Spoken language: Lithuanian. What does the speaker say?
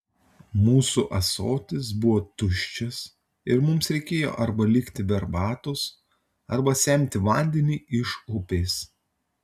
mūsų ąsotis buvo tuščias ir mums reikėjo arba likti be arbatos arba semti vandenį iš upės